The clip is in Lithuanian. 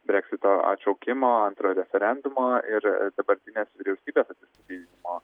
breksito atšaukimo antro referendumo ir dabartinės vyriausybės atsistatydinimo